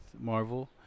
Marvel